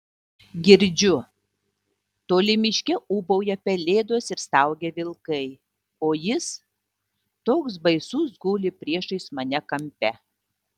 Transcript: girdžiu toli miške ūbauja pelėdos ir staugia vilkai o jis toks baisus guli priešais mane kampe